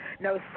No